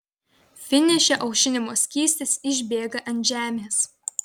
finiše aušinimo skystis išbėga ant žemės